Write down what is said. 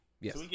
Yes